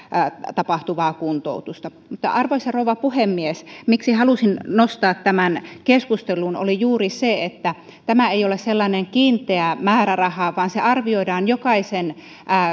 tapahtuvaa kuntoutusta arvoisa rouva puhemies se miksi halusin nostaa tämän keskusteluun oli juuri se että tämä ei ole sellainen kiinteä määräraha vaan tämä arvioidaan jokaisen